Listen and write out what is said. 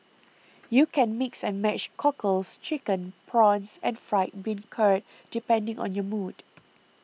you can mix and match cockles chicken prawns and fried bean curd depending on your mood